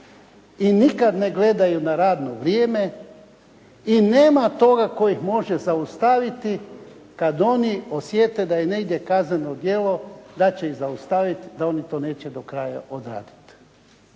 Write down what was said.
i nikad ne gledaju na radno vrijeme i nema toga tko ih može zaustaviti kad oni osjete da je negdje kazneno djelo, da će ih zaustaviti da oni to neće do kraja odraditi.